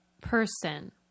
person